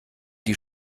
die